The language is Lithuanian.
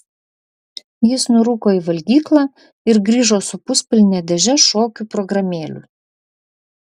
jis nurūko į valgyklą ir grįžo su puspilne dėže šokių programėlių